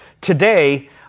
today